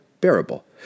bearable